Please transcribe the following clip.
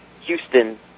Houston